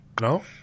No